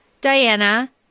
Diana